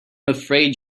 afraid